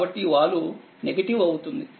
కాబట్టి వాలు నెగిటివ్ అవుతుంది